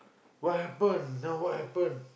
what happen now what happen